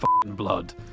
blood